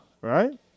Right